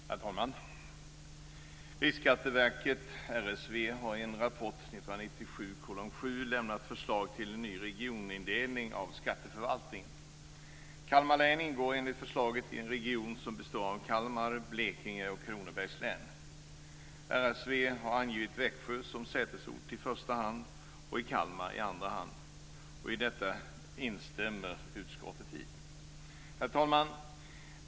Herr talman! Riksskatteverket, RSV, har i en rapport, 1997:7, lämnat förslag till en ny regionindelning av skatteförvaltningen. har angivit Växjö som sätesort i första hand och Kalmar i andra hand. Detta instämmer utskottet i. Herr talman!